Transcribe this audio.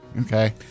Okay